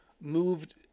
moved